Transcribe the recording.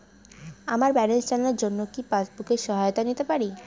আমার ব্যালেন্স জানার জন্য কি পাসবুকের সহায়তা নিতে পারি?